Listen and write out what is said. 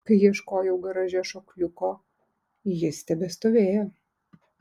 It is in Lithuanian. kai ieškojau garaže šokliuko jis tebestovėjo